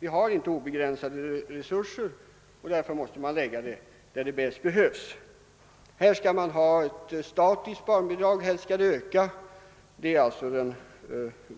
Vi har inte obegränsade resurser. Därför måste man lägga pengarna där de bäst behövs. Skall barnbidraget vara statiskt eller skall det öka?